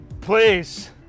Please